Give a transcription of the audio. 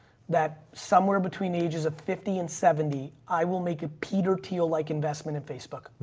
that somewhere between ages of fifty and seventy i will make it peter thiel like investment in facebook.